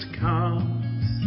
comes